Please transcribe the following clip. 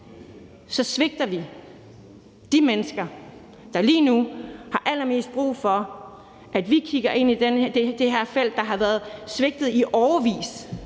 så svigter vi de mennesker, der lige nu har allermest brug for, at vi kigger ind i det her felt, der har været svigtet i årevis